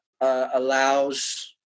allows